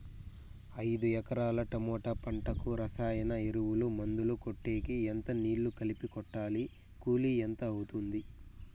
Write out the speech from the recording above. ఐదు ఎకరాల టమోటా పంటకు రసాయన ఎరువుల, మందులు కొట్టేకి ఎంత నీళ్లు కలిపి కొట్టాలి? కూలీ ఎంత అవుతుంది?